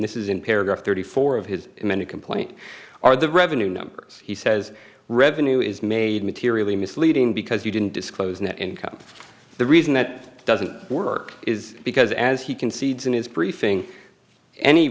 this is in paragraph thirty four of his many complaint are the revenue numbers he says revenue is made materially misleading because you didn't disclose net income the reason that doesn't work is because as he concedes in his briefing any